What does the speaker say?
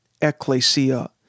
ecclesia